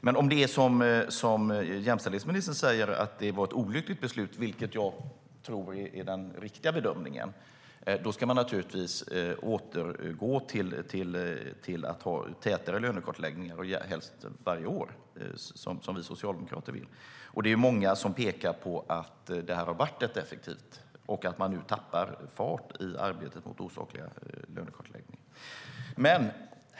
Men om det är så som jämställdhetsministern säger, att det var ett olyckligt beslut - vilket jag tror är den riktiga bedömningen - ska vi naturligtvis återgå till att ha tätare lönekartläggningar, helst varje år, som vi socialdemokrater vill. Det är många som pekar på att det har varit ett effektivt medel och att man nu tappar fart i arbetet mot osakliga löneskillnader.